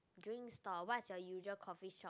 drink stall what is your usual coffee shop